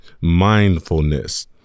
mindfulness